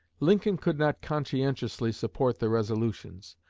lincoln could not conscientiously support the resolutions,